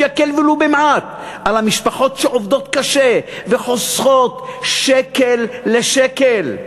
שיקל ולו במעט על המשפחות שעובדות קשה וחוסכות שקל לשקל,